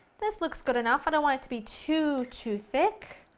this looks good enough, i don't want it to be too, too thick.